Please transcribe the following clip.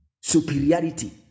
superiority